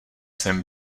jsem